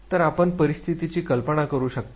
तर आपण परिस्थितीची कल्पना करू शकता